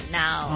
now